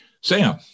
Sam